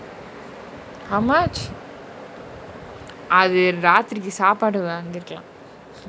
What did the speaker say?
how much அது ராத்திரிக்கு சாப்பாடு வாங்கிருகளா:athu raathiriki saapaadu vaangirukala